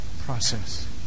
process